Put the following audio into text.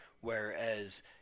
whereas